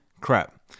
crap